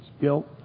guilt